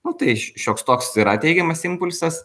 o tai šioks toks yra teigiamas impulsas